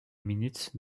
minutes